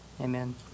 Amen